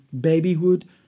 babyhood